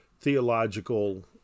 theological